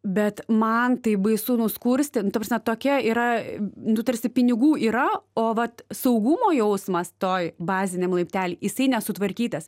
bet man taip baisu nuskursti nu taprasme tokia yra du tarsi pinigų yra o vat saugumo jausmas toj baziniam laiptelį jisai nesutvarkytas